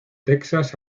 texas